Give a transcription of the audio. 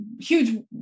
huge